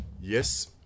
Yes